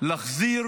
להחזיר